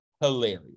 hilarious